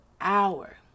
hour